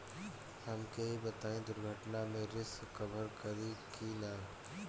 हमके ई बताईं दुर्घटना में रिस्क कभर करी कि ना?